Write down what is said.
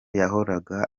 yahoraga